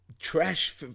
trash